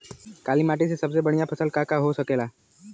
काली माटी में सबसे बढ़िया फसल का का हो सकेला?